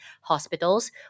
hospitals